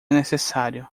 necessário